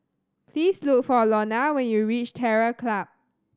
please look for Lonna when you reach Terror Club